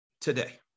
today